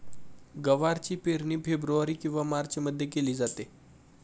गवारची पेरणी फेब्रुवारी किंवा मार्चमध्ये केली जाते